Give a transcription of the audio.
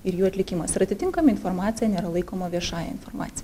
ir jų atlikimas ir atitinkama informacija nėra laikoma viešąja informacija